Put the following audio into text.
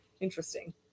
interesting